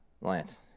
Lance